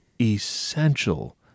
essential